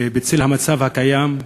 בצל המצב הקיים,